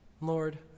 Lord